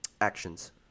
actions